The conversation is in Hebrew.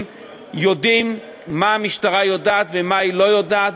יודעים מה המשטרה יודעת ומה היא לא יודעת,